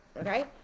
okay